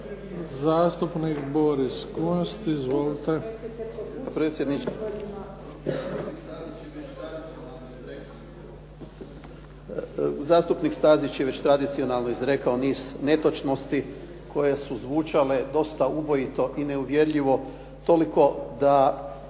/Govornik nije uključen./ … zastupnik Stazić je tradicionalno izrekao niz netočnosti koje su zvučale dosta ubojito i neuvjerljivo toliko da